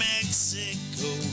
Mexico